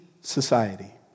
society